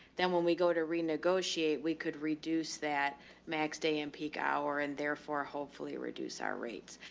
then when we go to renegotiate, we could reduce that max day and peak hour and therefore hopefully reduce our rates.